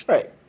Right